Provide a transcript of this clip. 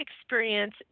experience